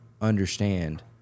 understand